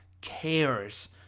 cares